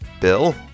Bill